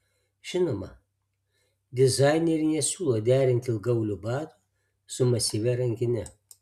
žinoma dizaineriai nesiūlo derinti ilgaaulių batų su masyvia rankine